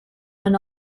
when